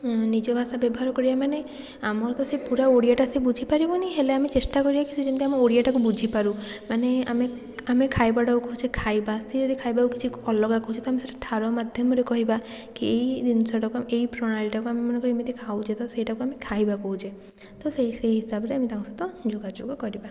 ନିଜ ଭାଷା ବ୍ୟବହାର କରିବା ମାନେ ଆମର ତ ସେ ପୁରା ଓଡ଼ିଆଟା ସେ ବୁଝିପାରିବନି ହେଲେ ଆମେ ଚେଷ୍ଟା କରିବା କି ସେ ଯେମତି ଆମ ଓଡ଼ିଆଟାକୁ ବୁଝିପାରୁ ମାନେ ଆମେ ଆମେ ଖାଇବାଟାକୁ କହୁଛେ ଖାଇବା ସେ ଯଦି ଖାଇବାକୁ କିଛି ଅଲଗା କହୁଛି ତ ଆମେ ସେଇଟା ଠାର ମାଧ୍ୟମରେ କହିବା କି ଜିନଷଟାକୁ ଆମେ ଏଇ ପ୍ରଣାଳୀଟାକୁ ଆମେ ମନେକର ଏମତି ଖାଉଛେ ତ ସେଇଟାକୁ ଆମେ ଖାଇବା କହୁଛେ ତ ସେଇ ହିସାବରେ ଆମେ ତାଙ୍କ ସହିତ ଯୋଗାଯୋଗ କରିବା